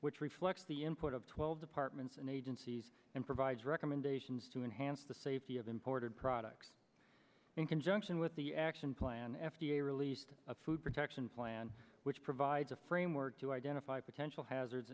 which reflects the input of twelve departments and agencies and provides recommendations to enhance the safety of imported products in conjunction with the action plan f d a released a food protection plan which provides a framework to identify potential hazard